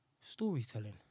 Storytelling